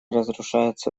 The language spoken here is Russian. разрушается